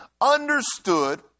understood